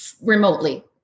remotely